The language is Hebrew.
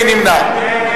מי נמנע?